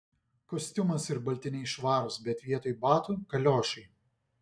kostiumas ir baltiniai švarūs bet vietoj batų kaliošai